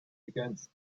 against